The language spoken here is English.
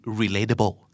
relatable